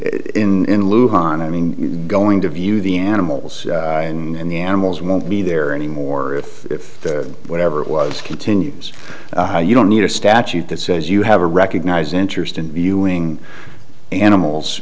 in hon i mean going to view the animals and the animals won't be there anymore if whatever it was continues you don't need a statute that says you have to recognize interest in viewing animals